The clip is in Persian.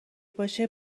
باشه